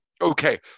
okay